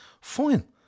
fine